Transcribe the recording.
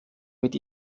mit